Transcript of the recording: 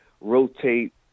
rotate